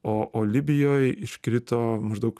o o libijoj iškrito maždaug